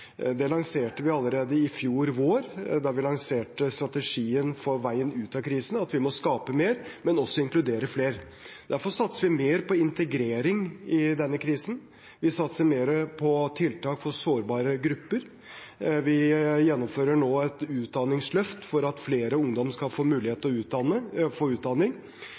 Det lanserte vi allerede i fjor vår, da vi lanserte strategien for veien ut av krisen – at vi må skape mer, men også inkludere flere. Derfor satser vi mer på integrering i denne krisen. Vi satser mer på tiltak for sårbare grupper. Vi gjennomfører nå et utdanningsløft for at flere ungdommer skal få mulighet til å få utdanning.